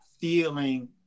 feeling